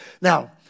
Now